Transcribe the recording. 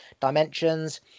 dimensions